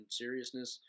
seriousness